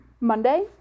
Monday